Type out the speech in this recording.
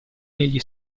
negli